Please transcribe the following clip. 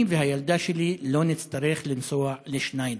אני והילדה שלי לא נצטרך לנסוע ל"שניידר".